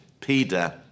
Peter